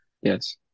Yes